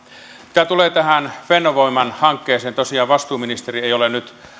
mitä tulee tähän fennovoiman hankkeeseen tosiaan vastuuministeri ei ole nyt